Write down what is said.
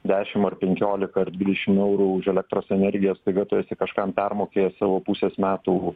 dešim ar penkiolika ar dvidešim eurų už elektros energiją staiga tu esi kažkam permokėjęs savo pusės metų